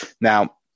now